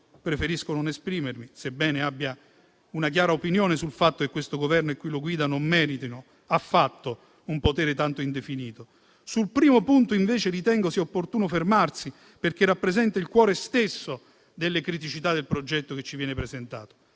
preferisco non esprimermi, sebbene abbia una chiara opinione sul fatto che questo Governo e chi lo guida non meritino affatto un potere tanto indefinito. Sul primo punto, invece, ritengo sia opportuno fermarsi perché rappresenta il cuore stesso delle criticità del progetto che ci viene presentato.